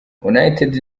united